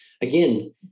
Again